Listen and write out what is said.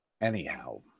Anyhow